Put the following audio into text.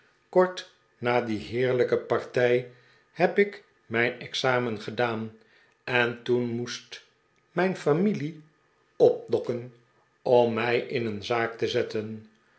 kort na die heerlijke partij heb ik mijn examen gedaan en toen moest mijn familie opdokken om mij in een zaak te zetten